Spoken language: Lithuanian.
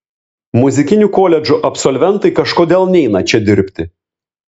muzikinių koledžų absolventai kažkodėl neina čia dirbti